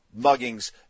muggings